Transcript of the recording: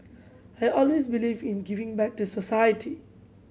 I always believe in giving back to society